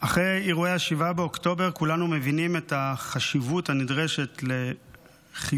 אחרי אירועי 7 באוקטובר כולנו מבינים את החשיבות והדרישה לחיזוק